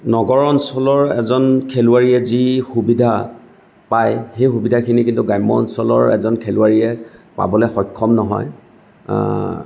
নগৰ অঞ্চলৰ এজন খেলুৱৈয়ে যি সুবিধা পায় সেই সুবিধাখিনি কিন্তু গ্ৰামাঞ্চলৰ এজন খেলুৱৈয়ে পাবলৈ সক্ষম নহয়